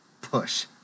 push